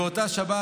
באותה שבת,